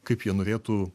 kaip jie norėtų